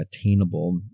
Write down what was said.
attainable